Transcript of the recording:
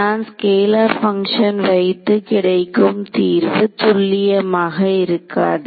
நான் scalar function வைத்து கிடைக்கும் தீர்வு துல்லியமாக இருக்காது